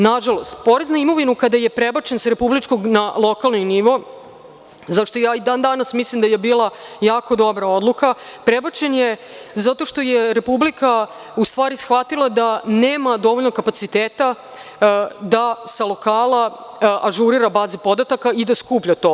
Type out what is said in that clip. Nažalost, porez na imovinu kada je prebačen sa republičkog na lokalni nivo, za šta i dan danas mislim da je bila jako dobra odluka, prebačen je zato što je Republika u stvari shvatila da nema dovoljno kapaciteta da sa lokala ažurira baze podataka i da skuplja to.